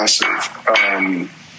massive